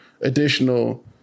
additional